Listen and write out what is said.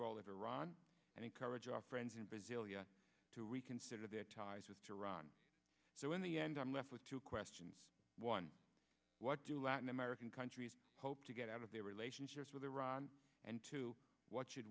world iran and encourage our friends in brasilia to reconsider their ties with iran so in the end i'm left with two questions one what do latin american countries hope to get out of their relationship with iran and to what